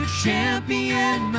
champion